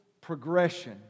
progression